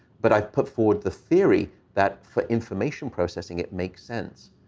but i've put forward the theory that, for information processing, it makes sense.